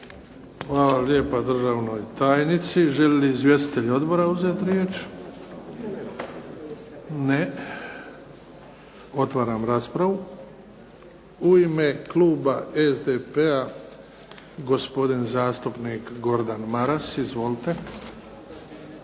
Hvala lijepa državnoj tajnici. Žele li izvjestitelji odbora uzeti riječ? Ne. Otvaram raspravu. U ime kluba SDP-a, gospodin zastupnik Gordan Maras. Izvolite. **Maras,